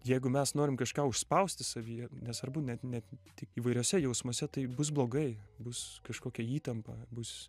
jeigu mes norim kažką užspausti savyje nesvarbu net ne tik įvairiose jausmuose taip bus blogai bus kažkokia įtampa bus